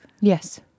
Yes